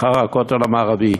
אחרי הכותל המערבי,